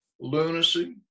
lunacy